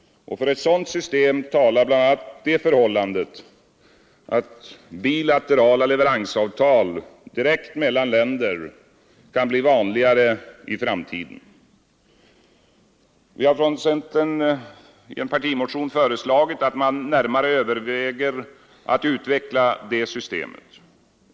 För ett sådant system talar bl.a. det förhållandet att bilaterala leveransavtal direkt mellan länder kan bli vanligare i framtiden, Vi har från centern i en partimotion. föreslagit att man närmare överväger att utveckla det systemet.